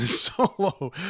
solo